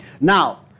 Now